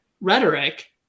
rhetoric